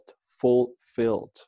fulfilled